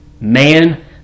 man